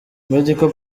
medical